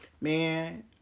man